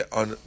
on